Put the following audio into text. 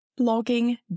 blogging